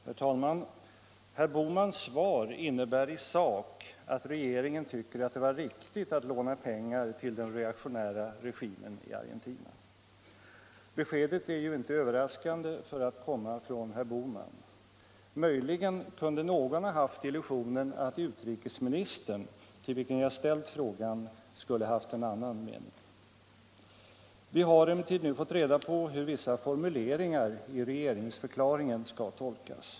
Herr tälman! Herr Bohmans svar innebär i såk att regeringen tycker att det var riktigt att låna pengar ull den reaktionära regimen i Argentina. Beskedet är ju inte överraskande för att komma från herr Bohman. Möjligen kunde någon ha haft illusionen att utrikesministern, till vilken 47 Om riktlinjerna för svensk internationell politik jag ställt frågan, skulle ha haft en annan mening. Vi har cmellertid nu fått reda på hur vissa formuleringar i regeringsförklaringen skall tolkas.